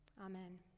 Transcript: Amen